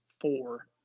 four